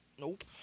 Nope